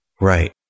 Right